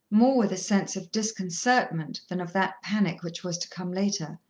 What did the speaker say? more with a sense of disconcertment than of that panic which was to come later,